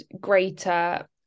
greater